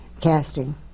casting